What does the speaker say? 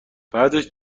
بعدش